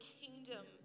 kingdom